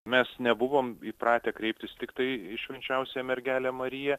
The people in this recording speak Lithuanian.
mes nebuvom įpratę kreiptis tiktai į švenčiausiąją mergelę mariją